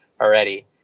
already